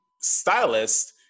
stylist